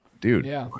dude